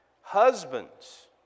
Husbands